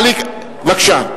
בבקשה.